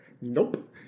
nope